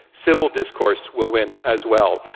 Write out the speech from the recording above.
civil discourse will win as well.